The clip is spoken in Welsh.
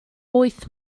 wyth